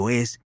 es